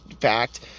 fact